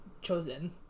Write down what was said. chosen